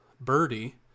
birdie